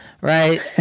right